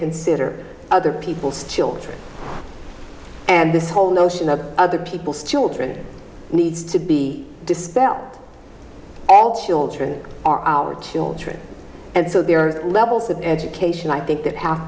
consider other people's children and this whole notion of other people's children needs to be dispel all children are our children and so there are levels of education i think that have